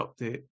update